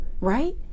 Right